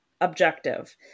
objective